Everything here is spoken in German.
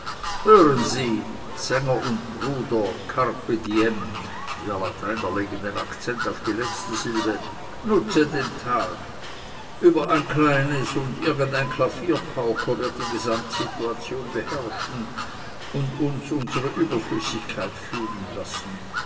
hören sie sänger und bruder carpe diem wir lateiner legen den akzent auf die letzte silbe nutze den tag über ein kleines und irgendein klavierpauker wird die gesamtsituation beherrschen und uns unsere überflüssigkeit fühlen lassen